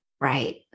Right